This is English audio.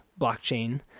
blockchain